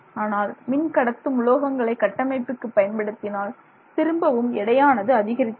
ஆனால் மின்கடத்தும் உலோகங்களை கட்டமைப்புக்கு பயன்படுத்தினால் திரும்பவும் எடையானது அதிகரித்துவிடும்